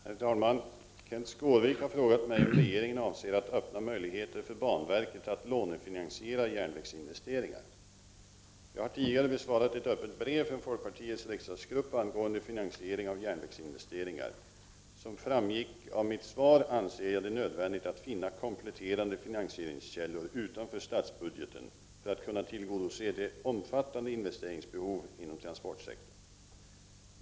Herr talman! Kenth Skårvik har frågat mig om regeringen avser att öppna 43 möjligheter för banverket att lånefinansiera järnvägsinvesteringar. Jag har tidigare besvarat ett öppet brev från folkpartiets riksdagsgrupp angående finansiering av järnvägsinvesteringar. Som framgick av mitt svar anser jag det nödvändigt att finna kompletterande finansieringskällor utanför statsbudgeten för att kunna tillgodose det omfattande investeringsbehovet inom transportsektorn.